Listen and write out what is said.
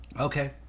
Okay